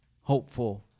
Hopeful